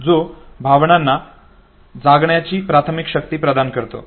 जो भावनांना जाणण्याची प्राथमिक शक्ती प्रदान करतो